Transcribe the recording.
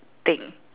thing